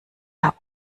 hab